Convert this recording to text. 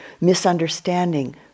misunderstanding